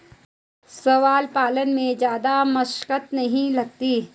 शैवाल पालन में जादा मशक्कत नहीं लगती